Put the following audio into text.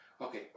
Okay